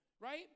right